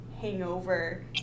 hangover